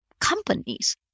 companies